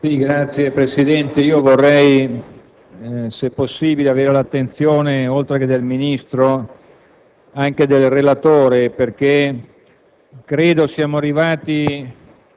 che vi possa essere in un Paese. Spesso si tratta di giovani che hanno lasciato le aule del liceo e hanno superato con il facilissimo cento dieci e lode degli ultimi anni il corso universitario. L'esame è mnemonico,